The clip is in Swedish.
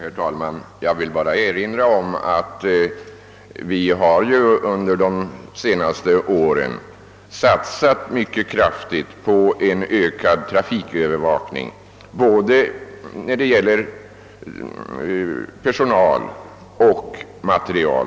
Herr talman! Jag vill bara erinra om att vi under de senaste åren har satsat mycket kraftigt på en ökad trafikövervakning både när det gäller personal och material.